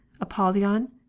Apollyon